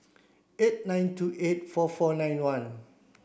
eight nine two eight four four nine one